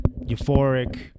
euphoric